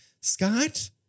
Scott